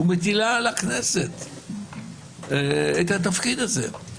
ומטילה על הכנסת את התפקיד הזה.